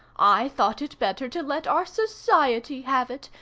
i thought it better to let our society have it,